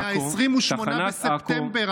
זה מ-28 בספטמבר,